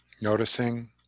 Noticing